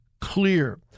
clear